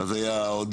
אז היה עוד.